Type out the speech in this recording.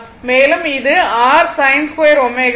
மேலும் இது r sin2 ωt